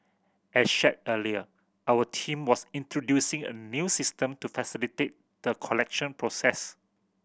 as shared earlier our team was introducing a new system to facilitate the collection process